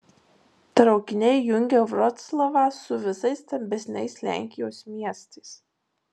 traukiniai jungia vroclavą su visais stambesniais lenkijos miestais